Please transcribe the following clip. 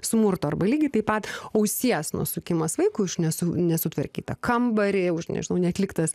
smurto arba lygiai taip pat ausies nusukimas vaikui už nesu nesutvarkytą kambarį už nežinau neatliktas